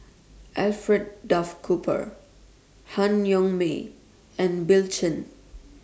Alfred Duff Cooper Han Yong May and Bill Chen